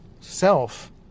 self